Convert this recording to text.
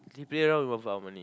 they play around with our money